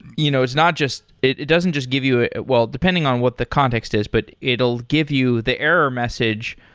you know it's not just it it doesn't just give you ah well, depending on what the context is, but it'll give you the error message,